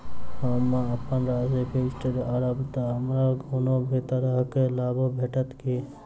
हम अप्पन राशि फिक्स्ड करब तऽ हमरा कोनो भी तरहक लाभ भेटत की?